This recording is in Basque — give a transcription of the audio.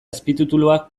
azpitituluak